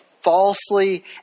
falsely